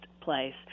place